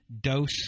dose